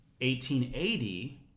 1880